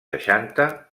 seixanta